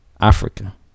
Africa